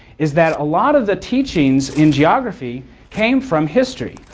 is that a lot of the teachings in geography came from history.